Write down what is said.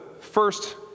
first